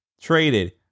traded